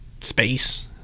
space